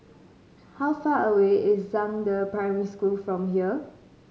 how far away is Zhangde Primary School from here